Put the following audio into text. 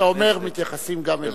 הדברים שאתה אומר מתייחסים גם אליהם.